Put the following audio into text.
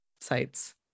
sites